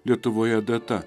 lietuvoje data